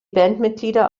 bandmitglieder